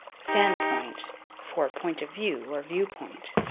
standpoint for point of view, or viewpoint.